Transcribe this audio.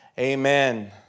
Amen